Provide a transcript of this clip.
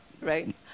right